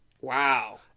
Wow